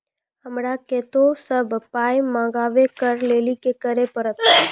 हमरा कतौ सअ पाय मंगावै कऽ लेल की करे पड़त?